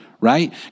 right